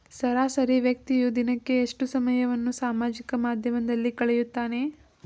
ಸರಾಸರಿ ವ್ಯಕ್ತಿಯು ದಿನಕ್ಕೆ ಎಷ್ಟು ಸಮಯವನ್ನು ಸಾಮಾಜಿಕ ಮಾಧ್ಯಮದಲ್ಲಿ ಕಳೆಯುತ್ತಾನೆ?